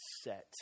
set